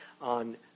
on